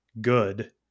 good